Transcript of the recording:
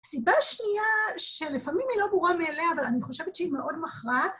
סיבה שנייה, שלפעמים היא לא ברורה מאליה, אבל אני חושבת שהיא מאוד מכרעת,